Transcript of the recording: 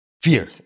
fear